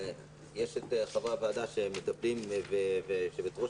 יש חברי ועדה שמטפלים בו,